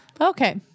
Okay